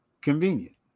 convenient